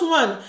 one